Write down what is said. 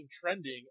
trending